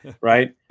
right